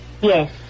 Yes